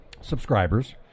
subscribers